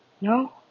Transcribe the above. No